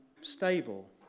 stable